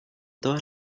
todas